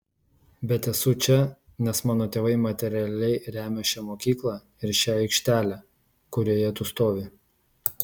bet esu čia nes mano tėvai materialiai remia šią mokyklą ir šią aikštelę kurioje tu stovi